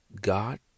God